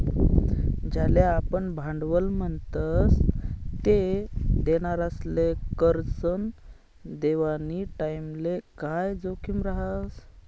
ज्याले आपुन भांडवल म्हणतस ते देनारासले करजं देवानी टाईमले काय जोखीम रहास